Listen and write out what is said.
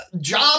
job